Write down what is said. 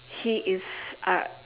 he is uh